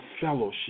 fellowship